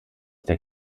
der